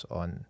on